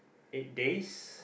eight days